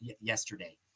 yesterday